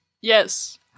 yes